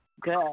Good